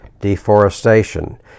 deforestation